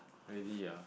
really ah